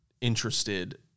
interested